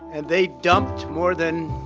and they dumped more than,